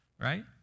right